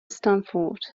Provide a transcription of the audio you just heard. stanford